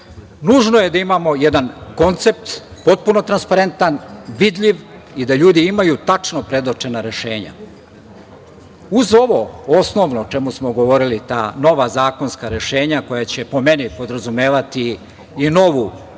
Nužno je da imamo jedan koncept, potpuno transparentan, vidljiv i da ljudi imaju tačno predočena rešenja. Uz ovo osnovno o čemu smo govorili, ta nova zakonska rešenja će, po meni, podrazumevati i novu